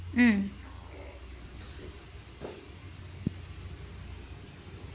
mm